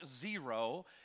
Zero